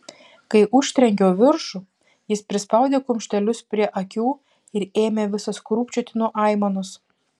kai užtrenkiau viršų jis prispaudė kumštelius prie akių ir ėmė visas krūpčioti nuo aimanos